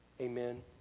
Amen